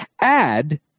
add